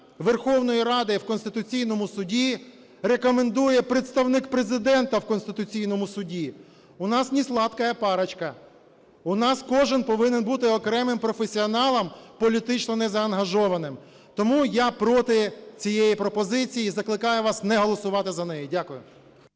Верховної Ради у Конституційному Суді рекомендує представник Президента у Конституційному Суді. У нас не "сладкая парочка", у нас кожен повинен бути окремим професіоналом, політично незаангажованим. Тому я проти цієї пропозиції і закликаю вас не голосувати за неї. Дякую.